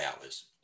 hours